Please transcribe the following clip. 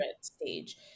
stage